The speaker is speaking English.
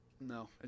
No